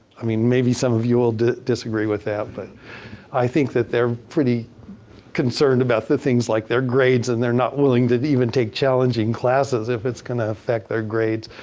i mean, maybe some of you will disagree with that, but i think that they're pretty concerned about the things like their grades, and they're not willing to even take challenging classes if it's going to affect their grades.